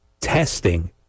testing